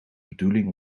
bedoeling